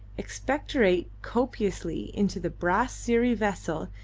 expectorate copiously into the brass siri-vessel,